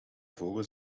vogels